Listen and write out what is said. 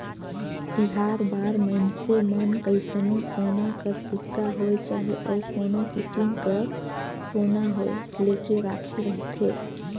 तिहार बार मइनसे मन कइसनो सोना कर सिक्का होए चहे अउ कोनो किसिम कर सोना होए लेके राखे रहथें